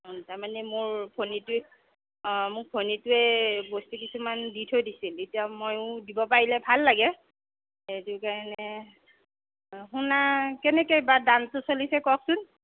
ও তাৰমানে মোৰ ভনীটোৰ অ মোক ভনীটোৱে বস্তু কিছুমান দি থৈ দিছিল এতিয়া মইও দিব পাৰিলে ভাল লাগে সেইটো কাৰণে সোণা কেনেকৈ বা দামটো চলিছে কওকচোন